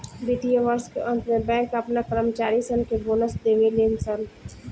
वित्तीय वर्ष के अंत में बैंक अपना कर्मचारी सन के बोनस देवे ले सन